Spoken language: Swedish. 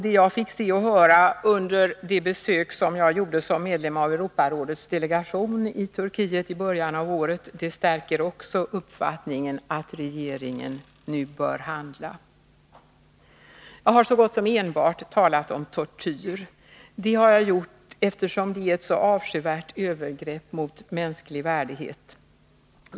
Det jag fick se och höra under mitt besök i Turkiet i början av året som medlem av Europarådets delegation stärker också uppfattningen att regeringen nu bör handla. Jag har så gott som enbart talat om tortyr. Det har jag gjort, eftersom det är ett så avskyvärt övergrepp mot mänsklig värdighet.